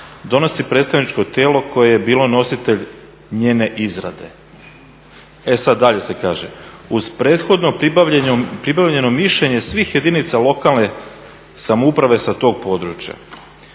donosi predstavničko tijelo koje je bilo nositelj njene izrade", e sada dalje se kaže "uz prethodno pribavljanog mišljenja svih jedinice lokalne samouprave sa tog područja".